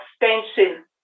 extension